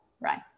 right